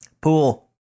pool